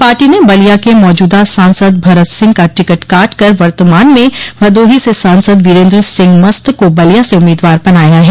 party ने बलिया के मौजूदा सांसद भरत सिंह का टिकट काट कर वर्तमान में भदोही से सांसद वीरेन्द्र सिंह मस्त को बलिया से उम्मीदवार बनाया है